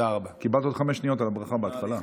קיבלת עוד חמש שניות על הברכה בהתחלה.